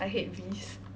I hate Vs